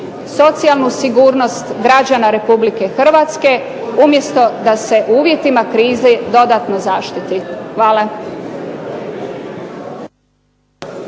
socijalnu sigurnost građana Republike Hrvatske umjesto da se u uvjetima krize dodatno zaštiti. Hvala.